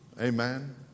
Amen